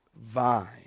vine